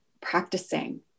practicing